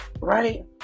right